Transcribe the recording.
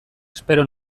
espero